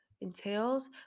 entails